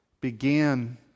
began